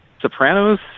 Sopranos